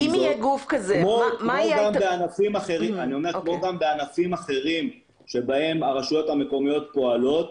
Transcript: כמו גם בענפים אחרים שבהם הרשויות המקומיות פועלות,